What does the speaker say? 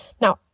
Now